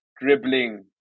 dribbling